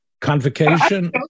convocation